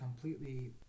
completely